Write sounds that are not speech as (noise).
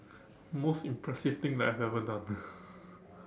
most impressive thing that I've ever done (breath)